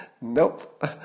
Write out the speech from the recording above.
Nope